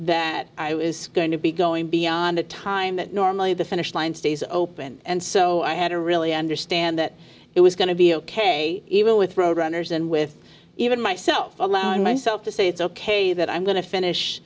that i was going to be going beyond the time that normally the finish line stays open and so i had to really understand that it was going to be ok even with road runners and with even myself allowing myself to say it's ok that i'm going to finish